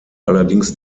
allerdings